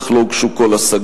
אך לא הוגשו כל השגות.